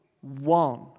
one